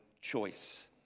choice